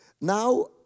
Now